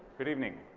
good evening.